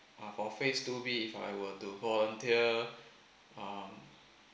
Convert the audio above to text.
are of phase two B if I were to volunteer um